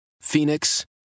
Phoenix